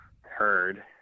heard